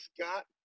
Scott